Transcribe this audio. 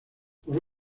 por